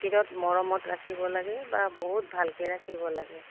বিৰাট মৰমত ৰাখিব লাগে বা বহুত ভালকৈ ৰাখিব লাগে